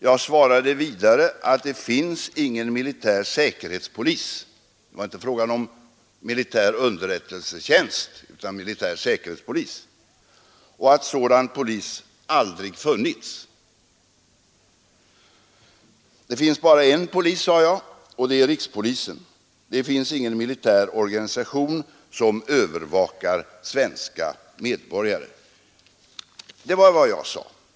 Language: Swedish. Jag svarade vidare att det finns ingen militär säkerhetspolis — det var inte fråga om militär underrättelsetjänst — och att sådan polis aldrig har funnits. Det finns bara en polis, sade jag, och det är rikspolisen. Det finns ingen militär organisation som övervakar svenska medborgare. Detta var vad jag sade.